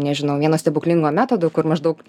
nežinau vieno stebuklingo metodo kur maždaug